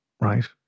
right